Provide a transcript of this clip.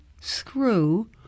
screw